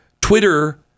Twitter